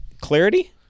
Clarity